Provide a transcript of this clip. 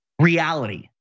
reality